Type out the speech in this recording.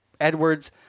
Edwards